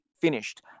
finished